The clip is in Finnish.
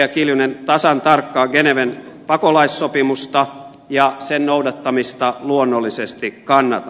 kiljunen tasan tarkkaan geneven pakolaissopimusta ja sen noudattamista luonnollisesti kannatan